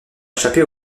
échappé